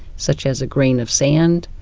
such as a grain of sand,